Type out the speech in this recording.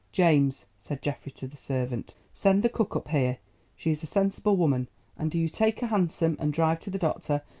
james, said geoffrey to the servant, send the cook up here she is a sensible woman and do you take a hansom and drive to the doctor,